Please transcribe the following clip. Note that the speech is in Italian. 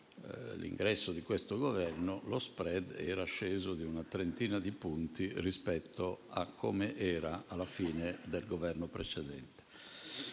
l'ingresso dell'attuale Governo, lo *spread* era sceso di una trentina di punti rispetto a com'era alla fine del Governo precedente.